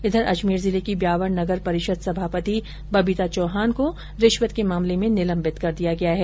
इधर अजमेर जिले की ब्यावर नगर परिषद सभापति बबीता चौहान को रिश्वत के मामले में निलंबित कर दिया गया है